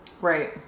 Right